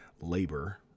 labor